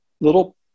little